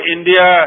India